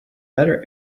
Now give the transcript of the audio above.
better